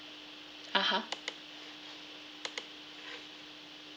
(uh huh)